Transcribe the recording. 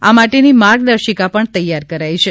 આ માટેની માર્ગદર્શિકા પણ તૈયાર કરાઇ છે